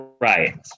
right